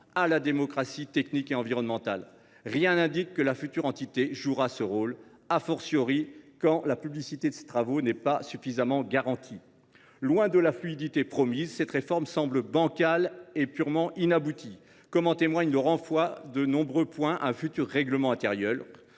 à la démocratie technique et environnementale. Rien n’indique que la future entité jouera ce rôle, quand la publicité de ses travaux n’est pas suffisamment garantie. Loin de la fluidité promise, cette réforme semble bancale et inaboutie, comme en témoigne le renvoi de nombreux points à un futur règlement intérieur,